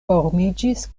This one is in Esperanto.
formiĝis